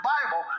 Bible